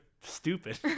stupid